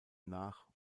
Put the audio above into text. nach